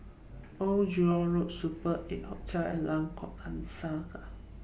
Old Jurong Road Super eight Hotel and Lengkok Angsa